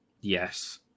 Yes